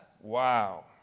Wow